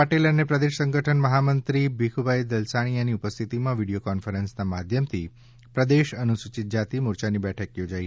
પાટીલ અને પ્રદેશ સંગઠન મહામંત્રી શ્રી ભીખુભાઇ દલસાણીયાની ઉપસ્થિતિમાં વિડીયો કોન્ફરન્સના માધ્યમથી પ્રદેશ અનુસૂચિત જાતિ મોરચાની બેઠક યોજાઇ